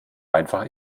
einfach